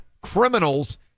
criminals